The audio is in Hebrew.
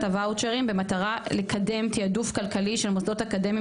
הוואוצ'רים במטרה לקדם תיעדוף כלכלי של מוסדות אקדמיים